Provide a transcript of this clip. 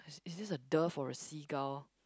is this a dove or a seagull